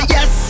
Yes